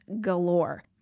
galore